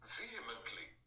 vehemently